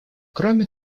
кроме